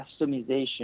customization